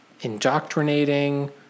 indoctrinating